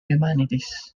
humanities